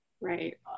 Right